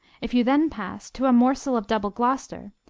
if you then pass to a morsel of double gloucester,